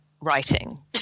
writing